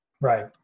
Right